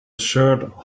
shirt